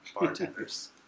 bartenders